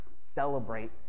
celebrate